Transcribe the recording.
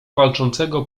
walczącego